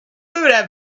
have